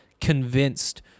convinced